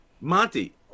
Monty